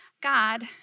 God